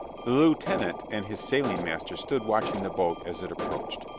the lieutenant and his sailing master stood watching the boat as it approached.